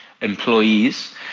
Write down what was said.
employees